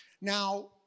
Now